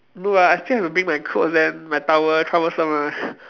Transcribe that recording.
no ah I still have to bring my clothes then my towel troublesome ah